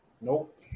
Nope